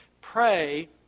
Pray